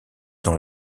dans